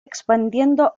expandiendo